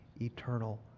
eternal